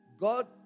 God